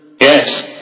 Yes